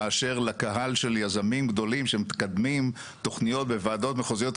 מאשר לקהל של יזמים גדולים שמקדמים תוכניות בוועדות מחוזיות.